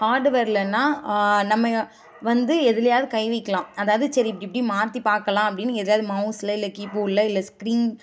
ஹார்டுவேர்லன்னா நம்ம வந்து எதுலையாது கை வைக்கலாம் அதாவது சரி இப்படி இப்படி மாற்றி பார்க்கலாம் அப்படின்னு எதுலையாது மௌஸில் இல்லை கீ போர்ட்டில் இல்லை ஸ்க்ரீன்